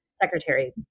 Secretary